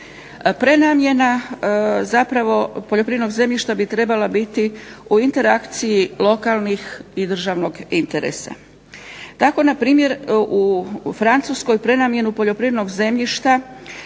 Prenamjena zapravo, poljoprivrednog zemljišta bi trebala biti u interakciji lokalnih i državnog interesa. Tako na primjer u Francuskoj prenamjenu poljoprivrednog zemljišta